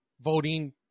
voting